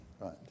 Right